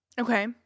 Okay